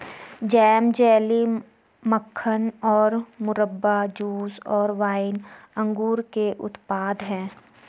jam, jelly, मक्खन और मुरब्बा, जूस और वाइन अंगूर के उत्पाद हैं